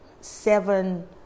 seven